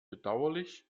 bedauerlich